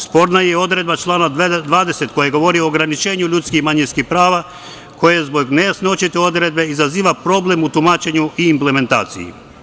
Sporna je odredba člana 20. koja govori o ograničenju ljudskih i manjinskih prava, koja zbog nejasnoće te odredbe izaziva problem u tumačenju i implementaciji.